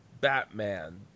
Batman